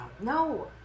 No